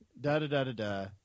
da-da-da-da-da